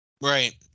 Right